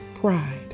pride